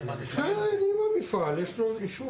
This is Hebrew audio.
אבקש לתת גילוי נאות שיתכן שיש לי עניין אישי